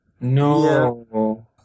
No